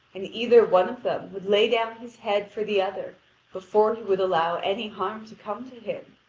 and either one of them would lay down his head for the other before he would allow any harm to come to him.